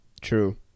true